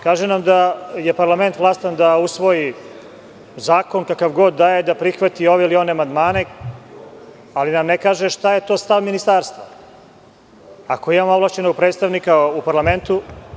Kaže nam da je parlament vlastan da usvoji zakon kakav god daje, da prihvati ove ili one amandmane, ali nam ne kaže šta je to stav ministarstva ako imamo ovlašćenog predstavnika u parlamentu.